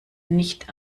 nicht